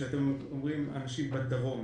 כשאתם מדברים על אנשים בדרום.